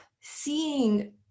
seeing